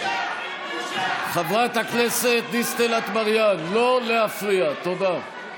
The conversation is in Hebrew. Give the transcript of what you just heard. חברת הכנסת דיסטל אטבריאן, לא להפריע, תודה.